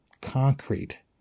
concrete